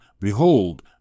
behold